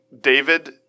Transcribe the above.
David